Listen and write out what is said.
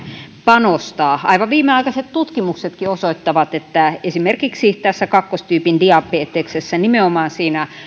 panostaa aivan viimeaikaiset tutkimuksetkin osoittavat että esimerkiksi tässä kakkostyypin diabeteksessa nimenomaan siinä